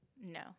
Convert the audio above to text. No